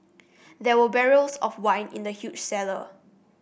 there were barrels of wine in the huge cellar